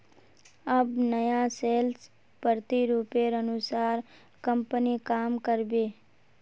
अब नया सेल्स प्रतिरूपेर अनुसार कंपनी काम कर बे